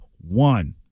one